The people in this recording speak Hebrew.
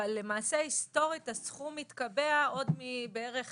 אבל למעשה היסטורית הסכום התקבע עוד מבערך